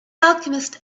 alchemist